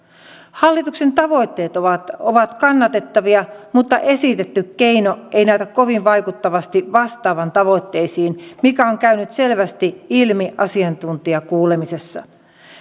hallituksen tavoitteet ovat ovat kannatettavia mutta esitetty keino ei näytä kovin vaikuttavasti vastaavan tavoitteisiin mikä on käynyt selvästi ilmi asiantuntijakuulemisessa